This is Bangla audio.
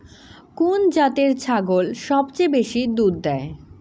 কুন জাতের ছাগল সবচেয়ে বেশি দুধ দেয়?